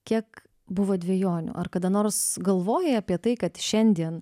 kiek buvo dvejonių ar kada nors galvojai apie tai kad šiandien